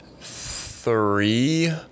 three